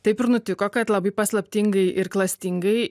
taip ir nutiko kad labai paslaptingai ir klastingai